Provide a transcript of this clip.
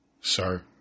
sir